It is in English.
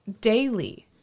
daily